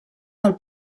del